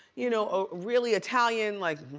you know, a really italian like,